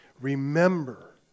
Remember